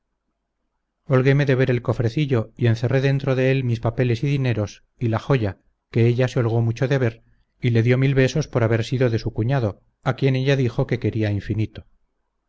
ladrones holguéme de ver el cofrecillo y encerré dentro de él mis papeles y dineros y la joya que ella se holgó mucho de ver y le dio mil besos por haber sido de su cuñado a quien ella dijo que quería infinito